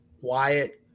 Wyatt